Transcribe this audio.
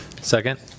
Second